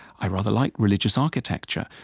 i rather liked religious architecture,